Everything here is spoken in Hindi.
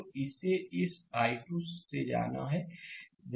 तो इस i2 से जाना जाता है